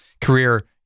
career